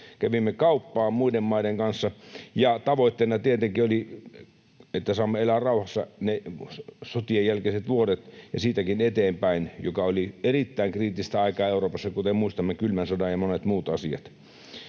Kävimme kauppaa muiden maiden kanssa, ja tavoitteena tietenkin oli, että saamme elää rauhassa ne sotien jälkeiset vuodet ja siitäkin eteenpäin, joka oli erittäin kriittistä aikaa Euroopassa, kuten muistamme kylmän sodan ja monet muut asiat.